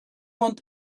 want